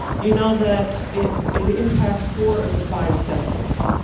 you know that it it impacts four of the five senses.